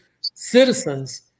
citizens